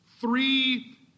three